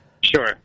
Sure